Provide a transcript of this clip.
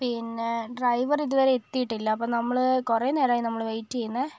പിന്നേ ഡ്രൈവർ ഇതുവരേ എത്തിയിട്ടില്ല അപ്പം നമ്മള് കുറേ നേരമായി നമ്മള് വെയിറ്റ് ചെയ്യുന്നത്